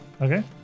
Okay